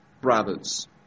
brothers